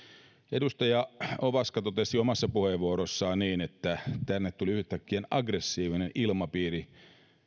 edustaja ovaska totesi omassa puheenvuorossaan että tänne tuli yhtäkkiä aggressiivinen ilmapiiri